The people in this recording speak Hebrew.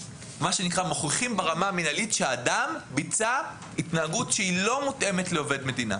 מוכיחים ברמה המנהלית שהאדם ביצע התנהגות שלא מותאמת לעובד מדינה.